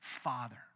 father